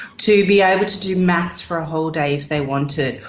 to be able to do maths for a whole day if they wanted,